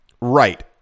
Right